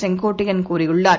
செங்கோட்டையன் கூறியுள்ளார்